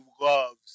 loves